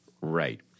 right